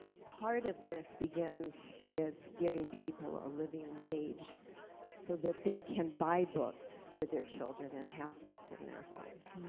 part of this begins with giving people a living wage so that they can buy books for their children and have books in their homes.